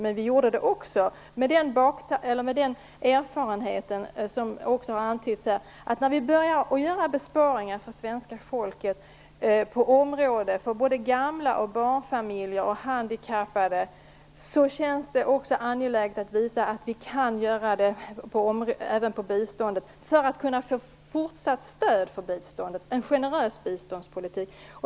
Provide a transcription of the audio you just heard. Men vi har också gjort den erfarenheten, som har antytts här, att när vi behöver göra besparingar för svenska folket på sådana områden som gäller gamla, barnfamiljer och handikappade, är det angeläget att visa att vi kan göra det även på biståndet, för att kunna få fortsatt stöd för biståndet, för en generös biståndspolitik.